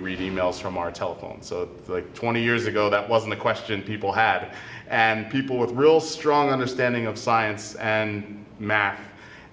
read emails from our telephones twenty years ago that wasn't a question people had and people with real strong understanding of science and math